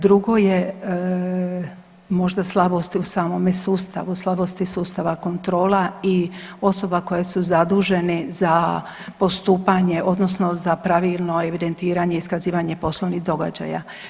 Drugo je možda slabost u samome sustavu, slabosti sustava kontrola i osoba koje su zadužene za postupanje odnosno za pravilno evidentiranje iskazivanje poslovnih događaja.